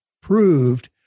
proved